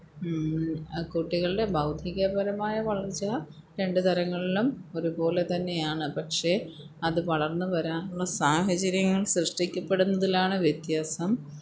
കുട്ടികളുടെ ഭൗതികപരമായ വളര്ച്ച രണ്ട് തരങ്ങളിലും ഒരുപോലെ തന്നെയാണ് പക്ഷേ അത് വളര്ന്ന് വരാനുള്ള സാഹചര്യങ്ങള് സൃഷ്ടിക്കപ്പെടുന്നതിലാണ് വ്യത്യാസം